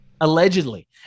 Allegedly